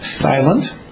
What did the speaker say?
silent